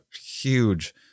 huge